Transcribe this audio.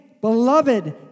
beloved